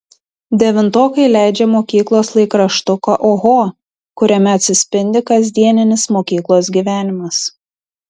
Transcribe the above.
devintokai leidžia mokyklos laikraštuką oho kuriame atsispindi kasdieninis mokyklos gyvenimas